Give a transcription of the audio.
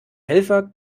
helfer